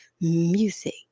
music